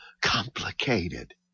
complicated